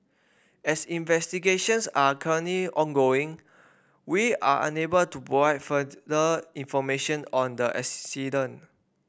as investigations are currently ongoing we are unable to provide further information on the